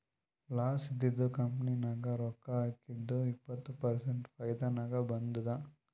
loss ಇದ್ದಿದು company ನಾಗ್ ರೊಕ್ಕಾ ಹಾಕಿದ್ದುಕ್ ಇಪ್ಪತ್ ಪರ್ಸೆಂಟ್ ಫೈದಾ ನಾಗ್ ಬಂದುದ್